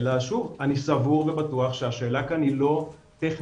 אלא שוב - אני סבור ובטוח שהשאלה כאן היא לא טכנית,